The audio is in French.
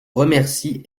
remercie